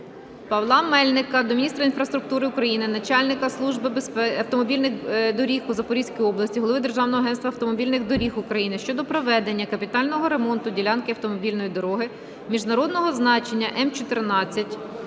Павла Мельника до міністра інфраструктури України, начальника Служби автомобільних доріг у Запорізькій області, голови Державного агентства автомобільних доріг України щодо проведення капітального ремонту ділянки автомобільної дороги міжнародного значення М-14